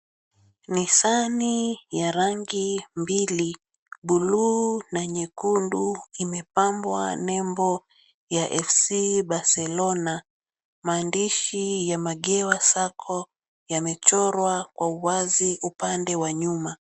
Mezani ya rangi mbili bluu na nyekundu imepambwa nembo ya FC Barcelona na Maandishi ya Magiwa Sacco yamechorwa kwa uwazi upande wa nyuma.